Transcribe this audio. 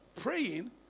praying